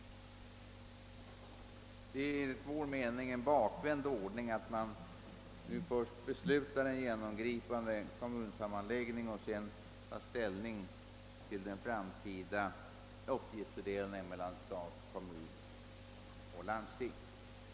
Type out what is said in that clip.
Enligt vår mening är det en bakvänd ordning att först besluta om en genomgripande kommunsammanläggning och sedan ta ställning till den framtida uppgiftsfördelningen mellan stat, kommun och landsting.